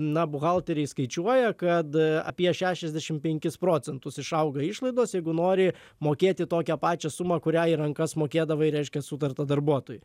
na buhalteriai skaičiuoja kad apie šešiasdešim penkis procentus išauga išlaidos jeigu nori mokėti tokią pačią sumą kurią į rankas mokėdavai reiškia sutarta darbuotojui